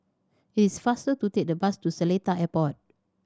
it is faster to take the bus to Seletar Airport